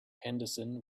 henderson